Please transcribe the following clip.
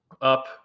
up